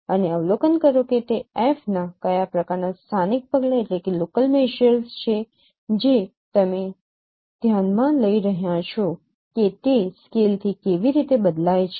અને અવલોકન કરો કે તે 'f ' ના કયા પ્રકારનાં સ્થાનિક પગલાં છે જે તમે ધ્યાનમાં લઈ રહ્યાં છો કે તે સ્કેલથી કેવી રીતે બદલાય છે